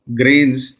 grains